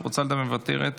מוותרת,